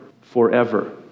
forever